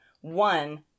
One